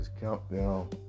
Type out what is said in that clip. countdown